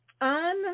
on